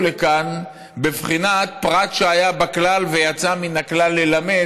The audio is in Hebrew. לכאן בבחינת פרט שהיה בכלל ויצא מן הכלל ללמד,